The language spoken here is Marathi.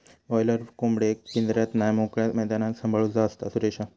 बॉयलर कोंबडेक पिंजऱ्यात नाय मोकळ्या मैदानात सांभाळूचा असता, सुरेशा